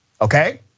okay